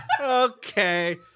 Okay